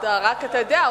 אבל אתה יודע,